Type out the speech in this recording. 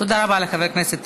תודה רבה לחבר הכנסת